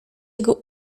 jego